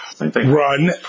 run